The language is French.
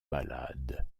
malades